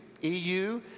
eu